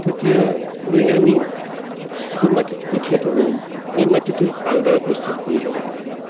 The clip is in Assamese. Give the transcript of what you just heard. তেতিয়ালৈ আমি যিটো মাটিত কঠীয়াটো ৰুম সেই মাটিটো ভালদৰে প্ৰস্তুত কৰি ল'ব লাগে